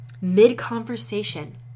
mid-conversation